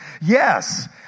Yes